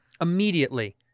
immediately